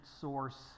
source